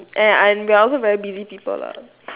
and I'm we are also very busy people lah